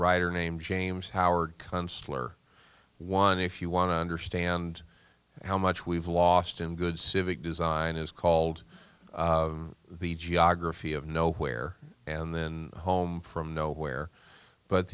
writer named james howard kunstler one if you want to understand how much we've lost and good civic design is called the geography of nowhere and then home from nowhere but